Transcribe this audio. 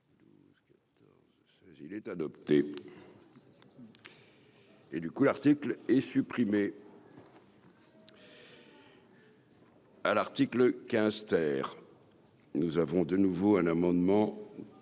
Il est adopté. Et du coup, l'article est supprimé. à l'article 15 terre nous avons de nouveau un amendement